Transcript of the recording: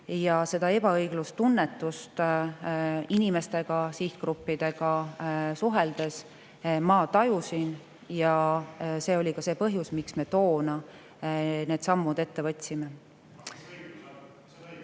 Ja seda ebaõigluse tunnetust inimestega, sihtgruppidega suheldes ma tajusin ja see oli ka põhjus, miks me toona need sammud ette võtsime. Nüüd